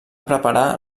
preparar